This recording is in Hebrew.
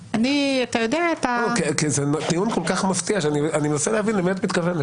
זה טיעון כל כך מפתיע שאני מנסה להבין למי את מתכוונת.